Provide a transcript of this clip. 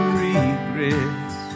regrets